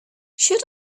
should